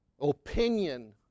Opinion